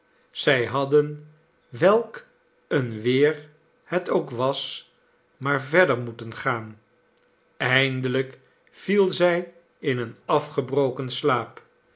zij hadden welk een weer het ook was maar verder moeten gaan eindelijk viel zij in een afgebroken slaap